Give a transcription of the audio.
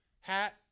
hat